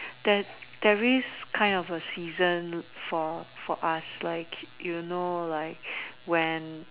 there there is kind of a season for for us like you know like when